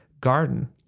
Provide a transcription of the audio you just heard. garden